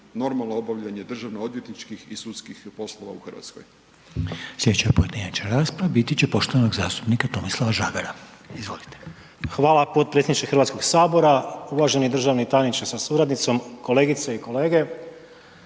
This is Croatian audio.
normalno obavljanje državno odvjetničkih i sudskih poslova u Hrvatskoj. **Reiner, Željko (HDZ)** Sljedeća pojedinačna rasprava biti će poštovanog zastupnika Tomislava Žagara. Izvolite. **Žagar, Tomislav (HSU)** Hvala potpredsjedniče HS-a. Uvaženi državni tajniče sa suradnicom, kolegice i kolege.